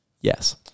Yes